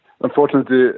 unfortunately